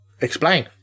Explain